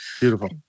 Beautiful